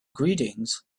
greetings